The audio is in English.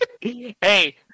Hey